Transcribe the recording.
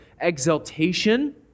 Exaltation